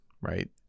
right